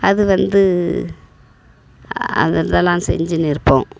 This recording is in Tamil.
அது வந்து அந்த இதெல்லாம் செஞ்சின்னு இருப்போம்